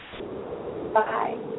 bye